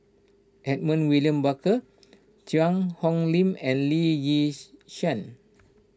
Edmund William Barker Cheang Hong Lim and Lee Yis Shyan